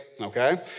okay